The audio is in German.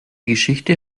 geschichte